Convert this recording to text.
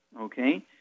okay